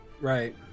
Right